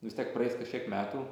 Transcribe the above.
vis tiek praeis kažkiek metų